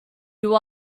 you